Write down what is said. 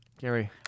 Gary